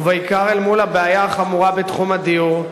ובעיקר אל מול הבעיה החמורה בתחום הדיור,